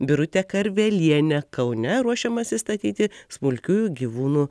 birutę karvelienę kaune ruošiamasi statyti smulkiųjų gyvūnų